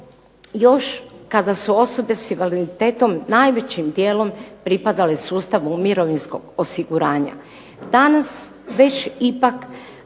još kada su osobe sa invaliditetom pripadale sustavu Mirovinskog osiguranja. Danas već ipak